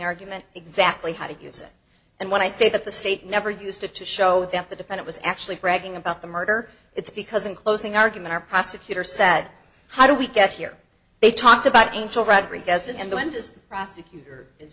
argument exactly how to use it and when i say that the state never used it to show that the defend it was actually bragging about the murder it's because in closing argument or prosecutor said how do we get here they talked about angel rodriguez